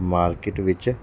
market ਵਿੱਚ